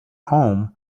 home